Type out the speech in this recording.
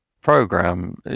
program